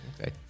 Okay